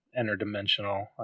interdimensional